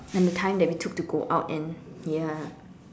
and the time we took to go out and ya